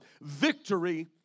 victory